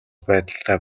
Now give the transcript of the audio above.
байдалтай